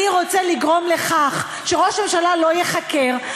אני רוצה לגרום לכך שראש הממשלה לא ייחקר,